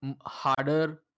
harder